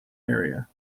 area